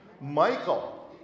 Michael